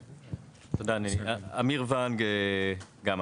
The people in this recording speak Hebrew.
אמיר ונג, גמא.